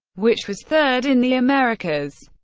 which was third in the americas.